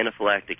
anaphylactic